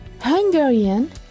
Hungarian